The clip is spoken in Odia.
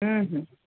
ହୁଁ ହୁଁ